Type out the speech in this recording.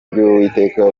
ry’uwiteka